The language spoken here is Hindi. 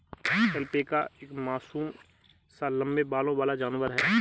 ऐल्पैका एक मासूम सा लम्बे बालों वाला जानवर है